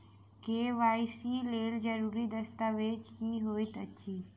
KYC लेल जरूरी दस्तावेज की होइत अछि?